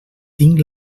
tinc